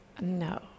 no